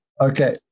Okay